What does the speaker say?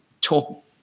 talk